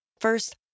First